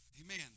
amen